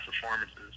performances